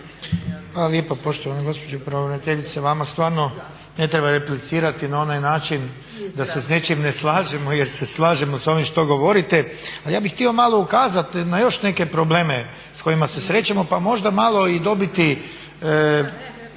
Hvala lijepa poštovana gospođo pravobraniteljice. Vama stvarno ne treba replicirati na onaj način da se s nečim ne slažemo, jer se slažemo sa ovim što govorite. A ja bih htio malo ukazati na još neke probleme sa kojima se srećemo pa možda malo i dobiti